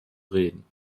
reden